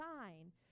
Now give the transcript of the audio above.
sign